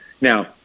Now